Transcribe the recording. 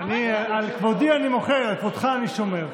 אני, על כבודי אני מוחל, על כבודך אני שומר.